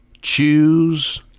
choose